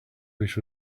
which